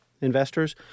investors